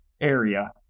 area